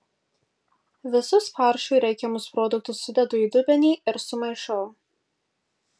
visus faršui reikiamus produktus sudedu į dubenį ir sumaišau